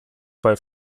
bei